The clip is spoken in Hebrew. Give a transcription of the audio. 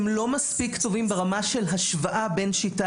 הם לא מספיק טובים ברמה של השוואה בין שיטה